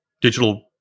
digital